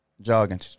jogging